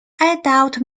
adult